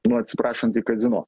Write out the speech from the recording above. nu atsiprašant į kazino